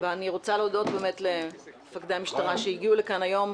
ואני רוצה באמת להודות למפקדי המשטרה שהגיעו לכאן היום,